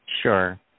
Sure